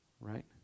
right